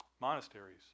monasteries